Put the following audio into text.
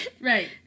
Right